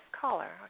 caller